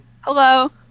Hello